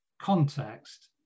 context